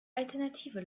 alternative